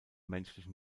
menschlichen